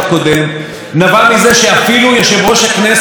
נקעה נפשו מההתנהגות של שרת התרבות.